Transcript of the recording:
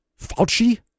Fauci